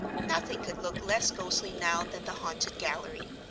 nothing could look less ghostly now than the haunted gallery.